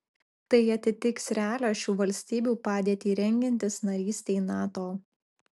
tai atitiks realią šių valstybių padėtį rengiantis narystei nato